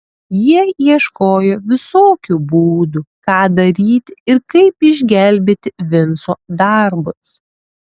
jie ieškojo visokių būdų ką daryti ir kaip išgelbėti vinco darbus